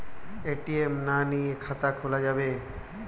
ATM না নিয়ে খাতা খোলা যাবে?